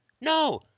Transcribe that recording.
No